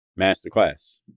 Masterclass